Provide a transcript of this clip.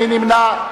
מי נמנע?